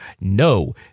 No